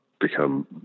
become